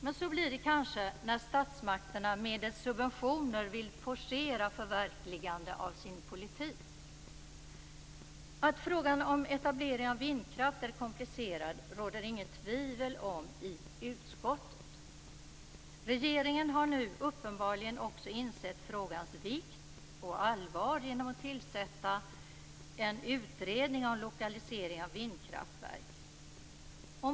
Men så blir det kanske när statsmakterna medelst subventioner vill forcera förverkligandet av sin politik. Att frågan om etablering av vindkraft är komplicerad råder det inget tvivel om i utskottet. Regeringen har nu uppenbarligen också insett frågans vikt och allvar genom att tillsätta en utredning om lokalisering av vindkraftverk.